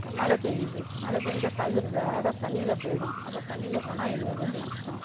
மழை பெய்யது மழை பெஞ்சா கதிர் ஜாடா தண்ணியில் போயிடும் அப்புறம் தண்ணியில் போனால் எங்களுக்கு தான் நஷ்டம்